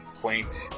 quaint